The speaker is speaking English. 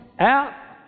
out